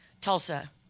Tulsa